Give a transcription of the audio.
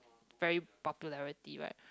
very popularity right